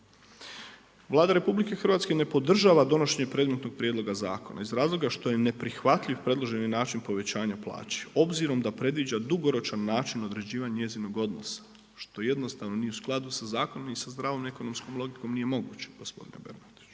Vlada RH ne podržava donošenje predmetnog prijedloga zakona iz razloga što je neprihvatljiv predloženi način povećanja plaće obzirom da predviđa dugoročan način određivanja njezinog odnosa što jednostavno nije u skladu sa zakonom ni sa zdravom ekonomskom logikom nije moguće gospodine Bernardiću.